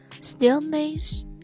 Stillness